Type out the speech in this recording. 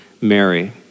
Mary